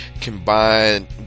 combined